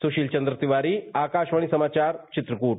सुशील चंद्र तिवारी आकाशवाणी समाचार चित्रकूट